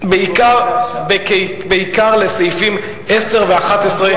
בעיקר לסעיפים 10 ו-11,